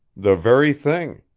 the very thing.